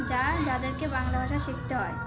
যা যাদেরকে বাংলা ভাষা শিখতে হয়